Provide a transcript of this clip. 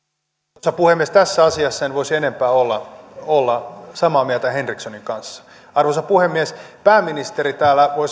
arvoisa puhemies tässä asiassa en voisi enempää olla olla samaa mieltä henrikssonin kanssa arvoisa puhemies pääministeri täällä voi